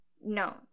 No